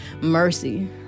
mercy